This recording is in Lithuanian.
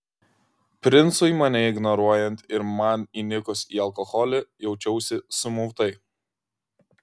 princui mane ignoruojant ir man įnikus į alkoholį jaučiausi sumautai